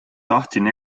tahtsin